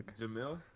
Jamil